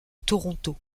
toronto